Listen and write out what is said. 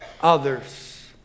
others